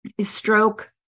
stroke